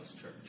church